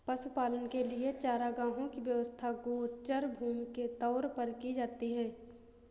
पशुपालन के लिए चारागाहों की व्यवस्था गोचर भूमि के तौर पर की जाती है